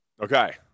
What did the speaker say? Okay